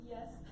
Yes